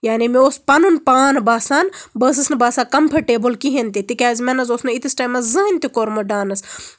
یعنی مےٚ اوس پَنُن پان باسان بہٕ ٲسٕس نہٕ باسان کَمفٲٹیبٔل کِہینۍ تہِ تِکیازِ مےٚ نہ حظ اوس نہٕ ییٖتِس ٹایمَس زٔہنۍ تہِ کوٚرمُت ڈانٔس